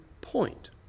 point